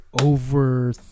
over